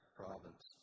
province